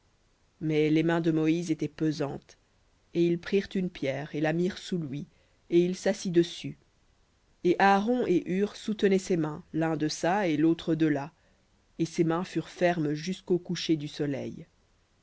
mais les mains de moïse étaient pesantes et ils prirent une pierre et la mirent sous lui et il s'assit dessus et aaron et hur soutenaient ses mains l'un deçà et l'autre delà et ses mains furent fermes jusqu'au coucher du soleil